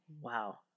Wow